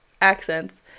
accents